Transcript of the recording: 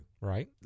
Right